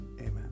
Amen